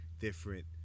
different